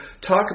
talk